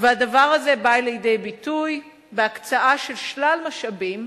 הדבר הזה בא לידי ביטוי בהקצאה של שלל משאבים,